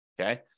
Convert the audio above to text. okay